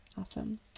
awesome